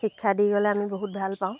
শিক্ষা দি গ'লে আমি বহুত ভাল পাওঁ